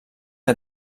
que